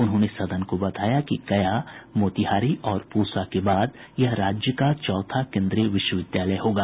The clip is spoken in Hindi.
उन्होंने सदन को बताया कि गया मोतिहारी और पूसा के बाद यह राज्य का चौथा केन्द्रीय विश्वविद्यालय होगा